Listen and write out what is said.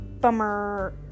bummer